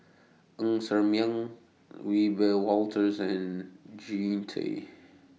Ng Ser Miang Wiebe Wolters and Jean Tay